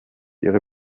ihre